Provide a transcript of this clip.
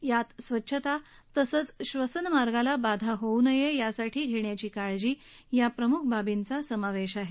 यात स्वच्छता तसंच श्वसनमार्गाला बाधा होऊ नये यासाठी घेण्याची काळजी या प्रमुख बाबींचा समावेश आहे